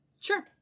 sure